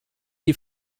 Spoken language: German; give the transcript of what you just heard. die